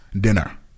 dinner